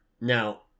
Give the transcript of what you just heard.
Now